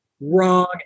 Wrong